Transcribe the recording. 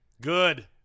good